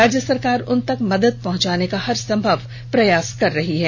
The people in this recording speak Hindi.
राज्य सरकार उनतक मदद पहुंचाने का हर संभव प्रयास कर रही है